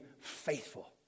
faithful